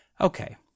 Okay